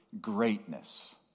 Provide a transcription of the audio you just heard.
greatness